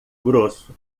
grosso